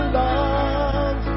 love